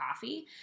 coffee